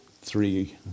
three